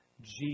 Jesus